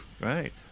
right